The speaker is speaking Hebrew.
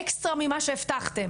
אז אתם נתתם אקסטרה ממה שהבטחתם.